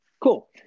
cool